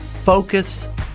Focus